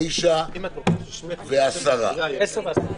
ב-10:10.